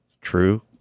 True